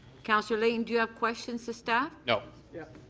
councillor layton, do you have questions of staff? no. yeah.